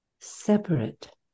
separate